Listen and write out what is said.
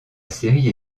série